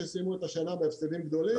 שסיימו את השנה בהפסדים גדולים.